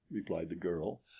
replied, the girl.